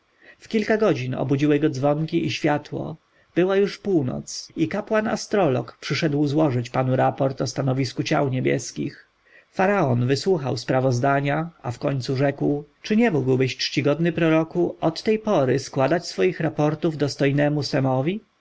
w kilka godzin obudziły go dzwonki i światło była już północ i kapłan-astrolog przyszedł złożyć panu raport o stanowisku ciał niebieskich faraon wysłuchał sprawozdania a wkońcu rzekł czy nie mógłbyś czcigodny proroku od tej pory składać swoich raportów dostojnemu